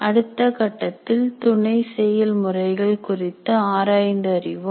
அடுத்த கட்டத்தில் துணை செயல் முறைகள் குறித்து ஆராய்ந்து அறிவோம்